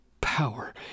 power